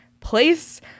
place